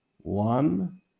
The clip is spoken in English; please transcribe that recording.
One